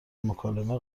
مکالمه